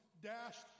dashed